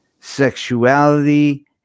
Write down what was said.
sexuality